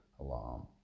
alarm